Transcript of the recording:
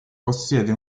possiede